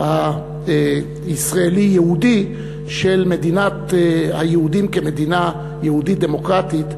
הישראלי-יהודי של מדינת היהודים כמדינה יהודית-דמוקרטית,